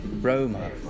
Roma